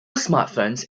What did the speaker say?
smartphones